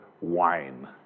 wine